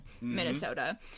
Minnesota